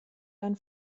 dann